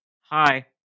Hi